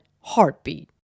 heartbeat